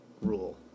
Rule